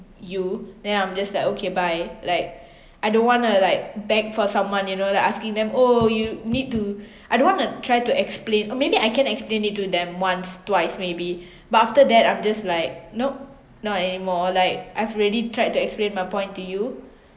you then I'm just like okay bye like I don't want uh like beg for someone you know like asking them oh you need to I don't want to try to explain or maybe I can explain it to them once twice maybe but after that I'm just like nope not anymore like I've already tried to explain my point to you